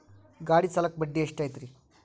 ಗಾಡಿ ಸಾಲಕ್ಕ ಬಡ್ಡಿ ಎಷ್ಟೈತ್ರಿ?